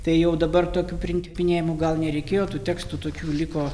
tai jau dabar tokių printipinėjimų gal nereikėjo tų tekstų tokių liko